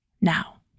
now